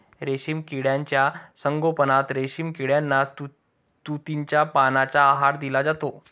रेशीम किड्यांच्या संगोपनात रेशीम किड्यांना तुतीच्या पानांचा आहार दिला जातो